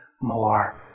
more